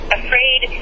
afraid